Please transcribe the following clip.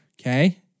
okay